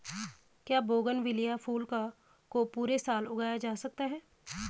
क्या बोगनविलिया फूल को पूरे साल उगाया जा सकता है?